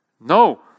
No